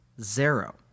Zero